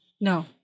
No